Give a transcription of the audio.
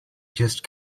just